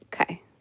Okay